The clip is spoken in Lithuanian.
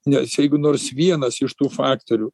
nes jeigu nors vienas iš tų faktorių